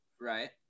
Right